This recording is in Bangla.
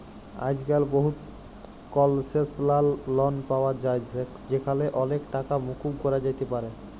আইজক্যাল বহুত কলসেসলাল লন পাওয়া যায় যেখালে অলেক টাকা মুকুব ক্যরা যাতে পারে